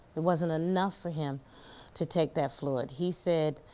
it wasn't enough for him to take that fluid. he said,